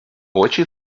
очі